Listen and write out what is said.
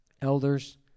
elders